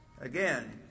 Again